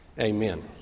Amen